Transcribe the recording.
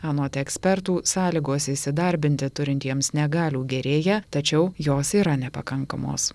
anot ekspertų sąlygos įsidarbinti turintiems negalių gerėja tačiau jos yra nepakankamos